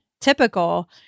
typical